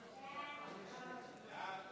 חוק הארכת